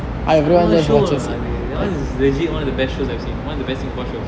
செம்ம:semme show lah that one is legit one of the best shows I've seen one of the best singapore shows